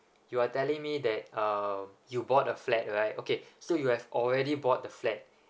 you are telling me that uh you bought a flat right okay so you have already bought the flat